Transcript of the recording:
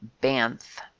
Banth